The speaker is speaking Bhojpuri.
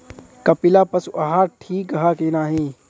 कपिला पशु आहार ठीक ह कि नाही?